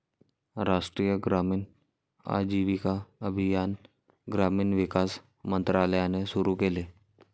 राष्ट्रीय ग्रामीण आजीविका अभियान ग्रामीण विकास मंत्रालयाने सुरू केले